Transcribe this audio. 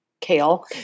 kale